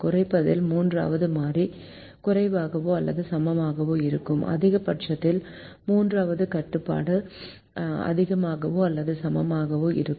குறைப்பதில் மூன்றாவது மாறி குறைவாகவோ அல்லது சமமாகவோ இருக்கும் அதிகபட்சத்தில் மூன்றாவது கட்டுப்பாடு அதிகமாகவோ அல்லது சமமாகவோ இருக்கும்